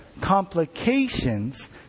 complications